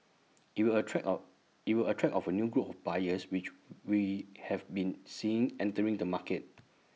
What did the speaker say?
IT will attract of IT will attract of A new group of buyers which we have been seeing entering the market